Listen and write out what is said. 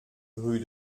rue